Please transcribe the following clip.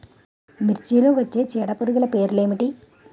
మిర్చిలో వచ్చే చీడపురుగులు పేర్లు ఏమిటి?